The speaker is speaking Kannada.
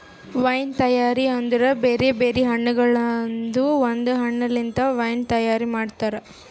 ವೈನ್ ತೈಯಾರಿ ಅಂದುರ್ ಬೇರೆ ಬೇರೆ ಹಣ್ಣಗೊಳ್ದಾಂದು ಒಂದ್ ಹಣ್ಣ ಲಿಂತ್ ವೈನ್ ತೈಯಾರ್ ಮಾಡ್ತಾರ್